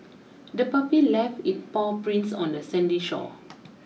the puppy left it paw prints on the sandy shore